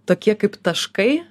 tokie kaip taškai